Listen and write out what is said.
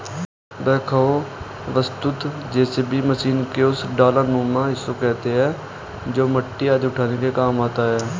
backhoe वस्तुतः JCB machine के उस डालानुमा हिस्सा को कहते हैं जो मिट्टी आदि उठाने के काम आता है